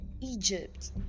Egypt